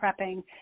prepping